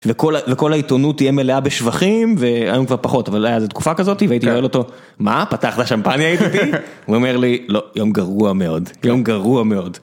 וכל העיתונות תהיה מלאה בשבחים והיום כבר פחות אבל היה זו תקופה כזאתי והייתי שואל אותו מה פתחת שמפניה ידידי, והוא היה אומר לי "לא יום גרוע מאוד יום גרוע מאוד".